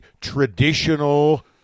traditional